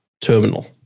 terminal